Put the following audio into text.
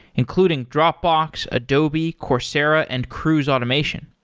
including dropbox, adobe, coursera and cruise automation.